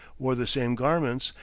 wore the same garments,